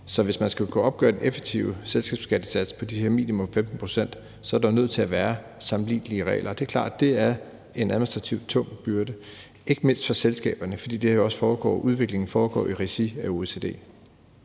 Så hvis man skal kunne opgøre en effektiv selskabsskattesats på de her minimum 15 pct., er der jo nødt til at være sammenlignelige regler, og det er klart, at det er en administrativt tung byrde, ikke mindst for selskaberne, fordi udviklingen også foregår i regi af OECD.